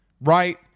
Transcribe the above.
right